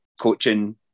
coaching